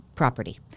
property